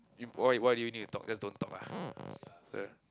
you why why why do you need to talk just don't talk lah so yeah